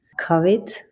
COVID